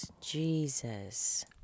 Jesus